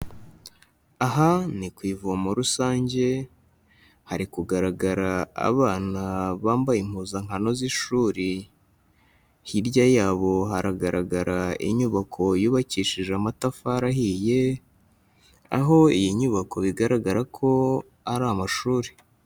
Aha ni ku ivomo rusange, hari kugaragara abana bambaye impuzankano z'ishuri, hirya yabo haragaragara inyubako yubakishije amatafari ahiye, aho iyi nyubako bigaragara ko ari amashuri.